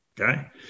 Okay